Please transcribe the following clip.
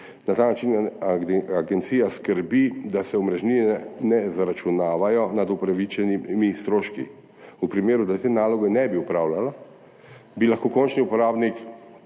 Na ta način agencija skrbi, da se omrežnine ne zaračunavajo nad upravičenimi stroški. V primeru, da te naloge ne bi opravljala, bi lahko končni uporabnik